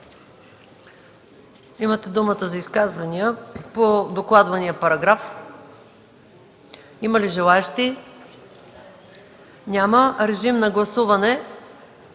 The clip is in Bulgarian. Имате думата за изказвания по докладвания параграф. Има ли желаещи? Няма. Подлагам на гласуване